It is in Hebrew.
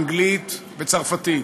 אנגלית וצרפתית.